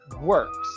works